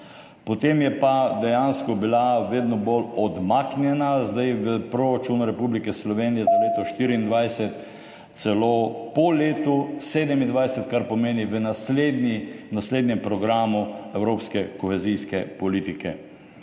potem je pa dejansko bila vedno bolj odmaknjena, v proračunu Republike Slovenije za leto 2024 celo po letu 2027, kar pomeni v naslednjem programu evropske kohezijske politike.